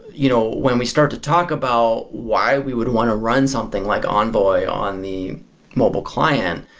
you know when we start to talk about why we would want to run something like envoy on the mobile client,